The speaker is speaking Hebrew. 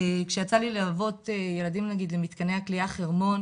כשיצא לי ללוות ילדים למתקני הכליאה חרמון,